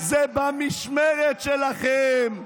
זה במשמרת שלכם.